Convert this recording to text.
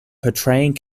portraying